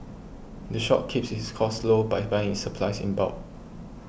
the shop keeps its costs low by buying its supplies in bulk